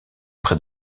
près